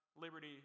Liberty